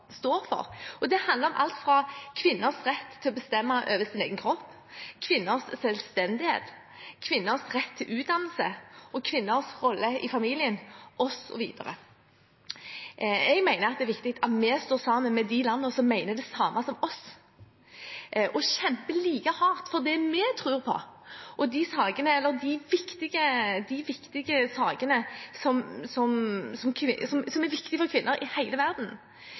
Det handler om alt fra kvinners rett til å bestemme over sin egen kropp til kvinners selvstendighet, kvinners rett til utdannelse, kvinners rolle i familien osv. Jeg mener det er viktig at vi står sammen med de landene som mener det samme som oss, og kjemper like hardt for det vi tror på, og de sakene som er viktige for kvinner i hele verden. Mitt spørsmål til utenriksministeren er: